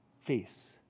Face